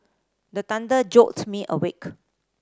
the thunder jolt me awake